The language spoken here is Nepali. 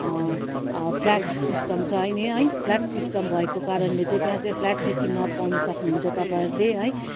फ्ल्याट सिस्टम छ है नि है फ्ल्याट सिस्टम भएको कारणले चाहिँ त्यहाँ चाहिँ फ्ल्याट चाहिँ किन्न पाउनु सक्नु हुन्छ तपाईँहरूले है